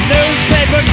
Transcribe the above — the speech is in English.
Newspaper